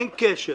אין קשר